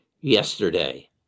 yesterday